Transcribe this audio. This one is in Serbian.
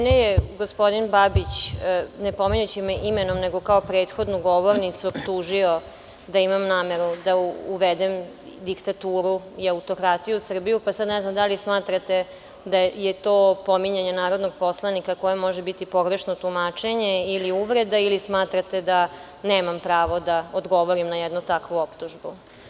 Mene je gospodin Babić, ne pominjući me imenom, nego kao prethodnu govornicu optužio da imam nameru da uvedem diktaturu i autokratiju u Srbiju, pa sada ne znam da li smatrate da je to pominjanje narodnog poslanika koje može biti pogrešno tumačenje ili uvreda, ili smatrate da nemam pravo da odgovorim na jednu takvu optužbu?